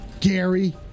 Gary